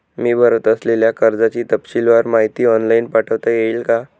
मी भरत असलेल्या कर्जाची तपशीलवार माहिती ऑनलाइन पाठवता येईल का?